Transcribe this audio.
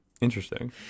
Interesting